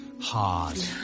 Hard